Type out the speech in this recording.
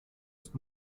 ist